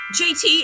JT